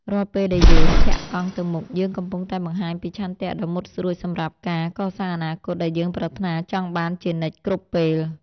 រាល់ពេលដែលយើងធាក់កង់ទៅមុខយើងកំពុងតែបង្ហាញពីឆន្ទៈដ៏មុតស្រួចសម្រាប់ការកសាងអនាគតដែលយើងប្រាថ្នាចង់បានជានិច្ចគ្រប់ពេល។